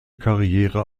karriere